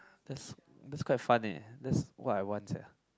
that's that's quite fun eh that's what I want sia